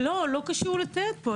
לא קשור לתיירת פה,